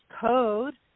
code